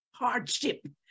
hardship